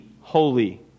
holy